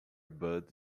bud